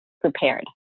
prepared